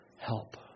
help